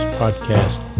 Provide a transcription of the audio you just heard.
podcast